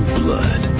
blood